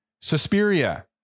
suspiria